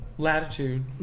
Latitude